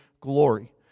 glory